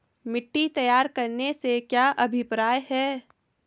मिट्टी तैयार करने से क्या अभिप्राय है?